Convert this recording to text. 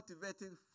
motivating